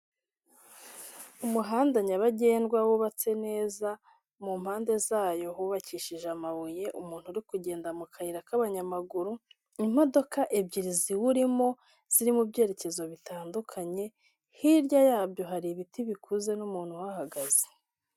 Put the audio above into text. Umuhanda nyabagendwa wubatswe neza mu mpande zayo hubakishije amabuye, umuntu uri kugenda mu kayira k'abanyamaguru, imodoka ebyiri ziwurimo ziri mu byerekezo bitandukanye, hirya yabyo hari ibiti bikuze n'umuntu uhahagaze.